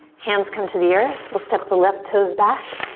hands come to the earth. we'll step the left toes back,